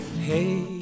hey